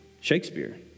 Shakespeare